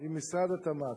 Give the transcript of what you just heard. עם משרד התמ"ת.